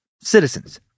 Citizens